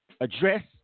address